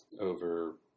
over